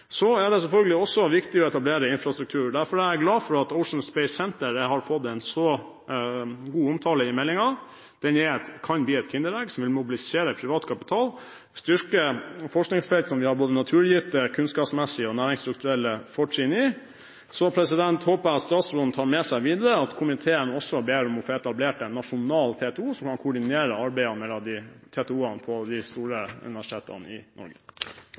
Så er det selvfølgelig også viktig å etablere infrastruktur. Derfor er jeg glad for at Oslo Space Center har fått en så god omtale i meldingen. Den kan bli et kinderegg som vil mobilisere privat kapital, styrke forskningsfelt der vi har både naturgitte, kunnskapsmessige og næringsstrukturelle fortrinn. Så håper jeg at statsråden tar med seg videre at komiteen også ber om å få etablert en nasjonal TTO, slik at man koordinerer arbeidet mellom TTO-ene på de store universitetene i Norge.